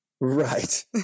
Right